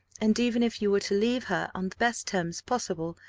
and, even if you were to leave her on the best terms possible,